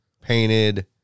painted